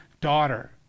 daughter